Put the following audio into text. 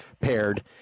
paired